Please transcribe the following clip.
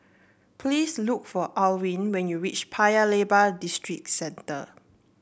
please look for Alwine when you reach Paya Lebar Districenter